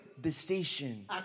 Decision